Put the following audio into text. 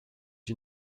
you